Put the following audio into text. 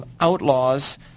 outlaws